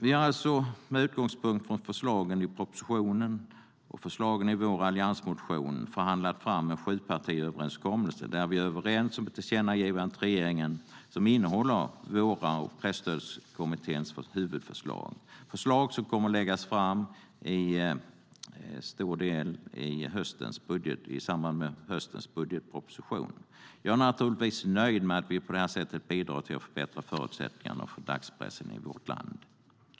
Vi har alltså med utgångspunkt från förslagen i propositionen och förslagen i vår alliansmotion förhandlat fram en sjupartiöverenskommelse där vi är överens om ett tillkännagivande till regeringen som innehåller våra och Presstödskommitténs huvudförslag. Det är förslag som till stor del kommer att läggas fram i samband med höstens budgetproposition. Jag är naturligtvis nöjd med att vi på detta sätt bidrar till att förbättra förutsättningarna för dagspressen i vårt land.